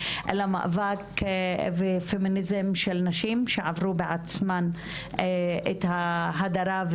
אלא מאבק ופמיניזם של נשים שעברו בעצמן את ההדרה,